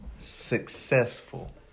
successful